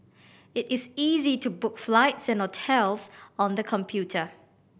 it is easy to book flights and hotels on the computer